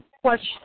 question